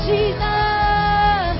Jesus